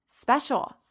special